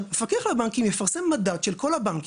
שהמפקח על הבנקים יפרסם מדד של כל הבנקים,